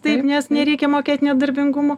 taip nes nereikia mokėt nedarbingumo